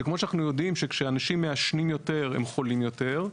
שכמו שאנחנו יודעים שאנשים מעשנים יותר הם חולים יותר,